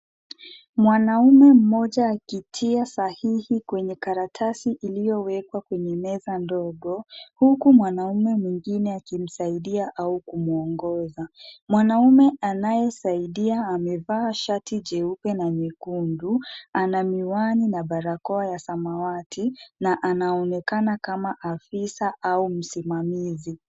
Mwanaume mmoja akitia sahihi kwenye karatasi iliyowekwa kwenye meza ndogo huku mwanaume mwengine akimsaidia au kumwongoza . Mwanaume anayesaidia amevaa shati jeupe na jekundu ana miwani na barakoa ya samawati na anaonekana kama afisa au msimamizi.